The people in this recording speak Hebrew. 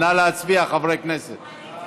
נא להצביע, חברי הכנסת.